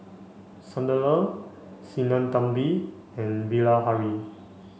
Sunderlal Sinnathamby and Bilahari